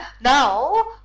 now